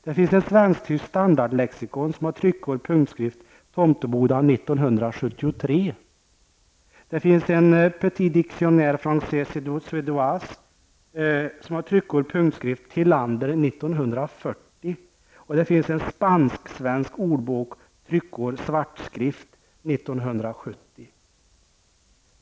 Det finns ett svensk-tyskt standardlexikon som har tryckår punktskrift: Tomteboda 1973. Det finns ett Petit dictionnaire francais-suédois som har tryckår punktskrift: Thilander 1940 och det finns en spansk-svensk ordbok tryckår svartskrift: 1970.